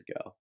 ago